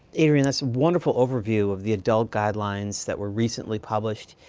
adrienne, that's a wonderful overview of the adult guidelines that were recently published.